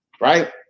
Right